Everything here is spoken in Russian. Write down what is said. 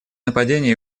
нападения